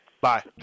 Bye